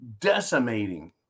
decimating